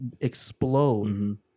explode